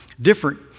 different